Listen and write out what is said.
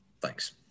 Thanks